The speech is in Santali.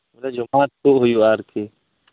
ᱵᱚᱞᱮ ᱡᱚᱢᱟ ᱛᱚ ᱦᱩᱭᱩᱜᱼᱟ ᱟᱨᱠᱤ